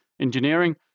engineering